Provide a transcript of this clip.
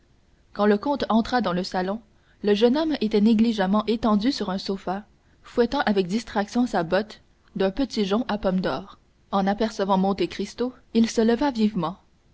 quand le comte entra dans le salon le jeune homme était négligemment étendu sur un sofa fouettant avec distraction sa botte d'un petit jonc à pomme d'or en apercevant monte cristo il se leva vivement